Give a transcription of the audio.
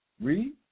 Read